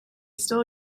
still